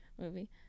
movie